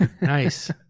Nice